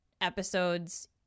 episodes